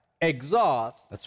exhaust